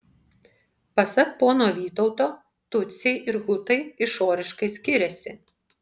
pasak pono vytauto tutsiai ir hutai išoriškai skiriasi